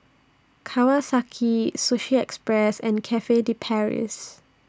Kawasaki Sushi Express and Cafe De Paris